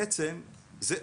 בעצם זה,